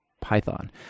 Python